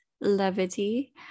levity